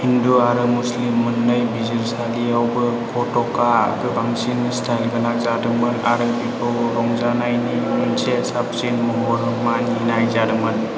हिन्दु आरो मुस्लिम मोननै बिजिरसालिआवबो कथकआ गोबांसिन स्टाइलगोनां जादोंमोन आरो बेखौ रंजानायनि मोनसे साबसिन महर मानिनाय जादोंमोन